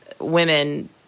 women